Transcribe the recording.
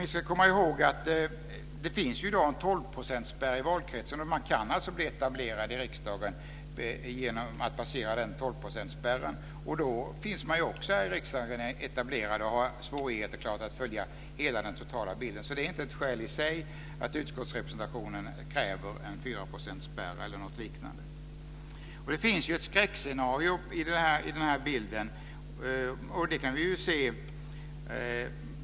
Man ska komma i håg att det finns en 12 procentsspärr i valkretsarna, och att man kan bli etablerad i riksdagen genom att passera den. Då finns man ju också etablerad här i riksdagen, med svårigheter att följa den totala bilden. Det är alltså inte ett skäl i sig att utskottsrepresentationen kräver en 4 procentsspärr eller något liknande. Det finns ett skräckscenario i den här bilden.